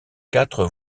quatre